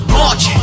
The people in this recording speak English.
march